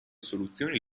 soluzioni